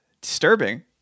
disturbing